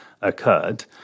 occurred